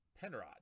Penrod